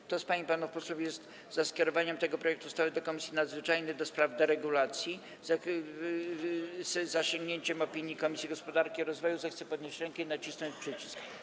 Kto z pań i panów posłów jest za skierowaniem tego projektu ustawy do Komisji Nadzwyczajnej do spraw deregulacji, z zaleceniem zasięgnięcia opinii Komisji Gospodarki i Rozwoju, zechce podnieść rękę i nacisnąć przycisk.